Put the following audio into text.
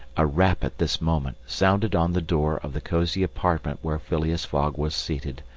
a rap at this moment sounded on the door of the cosy apartment where phileas fogg was seated,